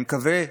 אני מקווה,